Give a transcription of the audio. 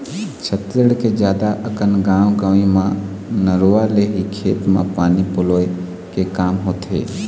छत्तीसगढ़ के जादा अकन गाँव गंवई म नरूवा ले ही खेत म पानी पलोय के काम होथे